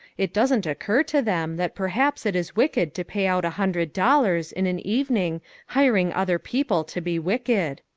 it doesn't occur to them that perhaps it is wicked to pay out a hundred dollars in an evening hiring other people to be wicked.